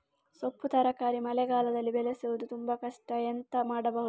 ಸೊಪ್ಪು ತರಕಾರಿ ಮಳೆಗಾಲದಲ್ಲಿ ಬೆಳೆಸುವುದು ತುಂಬಾ ಕಷ್ಟ ಎಂತ ಮಾಡಬಹುದು?